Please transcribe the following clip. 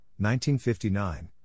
1959